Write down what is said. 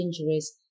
injuries